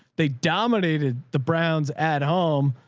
they dominated the browns at home,